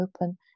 open